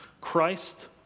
Christ